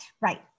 Right